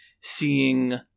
seeing